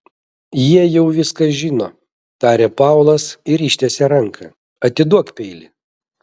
jie jau viską žino tarė paulas ir ištiesė ranką atiduok peilį